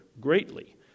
greatly